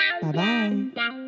Bye-bye